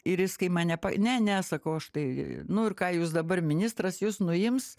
ir jis kai mane ne ne sakau aš tai nu ir ką jūs dabar ministras jūs nuims